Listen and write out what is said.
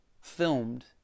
filmed